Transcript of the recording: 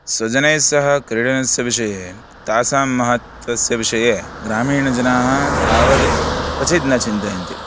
स्वजनैस्सह क्रीडनस्य विषये तासां महत्वस्य विषये ग्रामीणजनाः तावद् क्वचित् न चिन्तयन्ति